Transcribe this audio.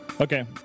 okay